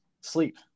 sleep